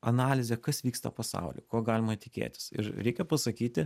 analizė kas vyksta pasauly ko galima tikėtis ir reikia pasakyti